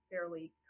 fairly